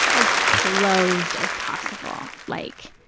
as closed as possible, like,